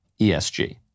ESG